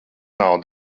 nav